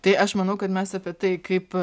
tai aš manau kad mes apie tai kaip